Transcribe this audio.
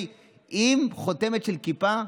עם חותמת של כיפה.